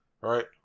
Right